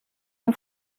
dem